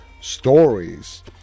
stories